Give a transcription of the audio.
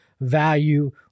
value